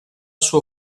suo